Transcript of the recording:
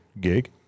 gig